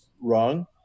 wrong